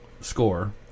score